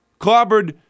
clobbered